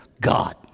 God